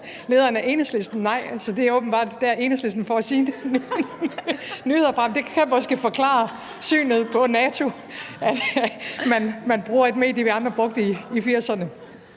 lederen af Enhedslisten nej, så det er åbenbart der, Enhedslisten får sine nyheder fra, men det kan måske forklare synet på NATO, at man bruger et medie, vi andre brugte i 1980'erne.